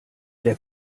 der